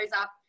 up